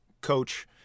Coach